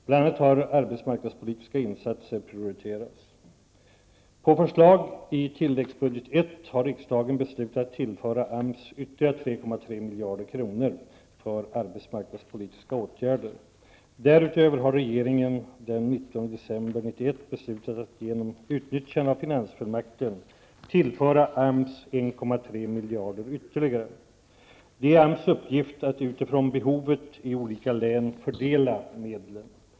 Bl.a. har arbetsmarknadspolitiska insatser prioriterats: På förslag i tilläggsbudget I har riksdagen beslutat att tillföra AMS ytterligare 3,3 miljarder kronor för arbetsmarknadspolitiska åtgärder. Därutöver har regeringen den 19 december 1991 beslutat att genom utnyttjande av finansfullmakten tillföra AMS 1,3 miljarder kronor. Det är AMS uppgift att utifrån behovet i olika län fördela medlen.